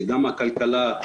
גם הכלכלה,